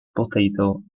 potato